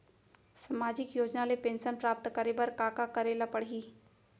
सामाजिक योजना ले पेंशन प्राप्त करे बर का का करे ल पड़ही?